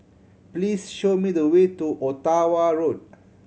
please show me the way to Ottawa Road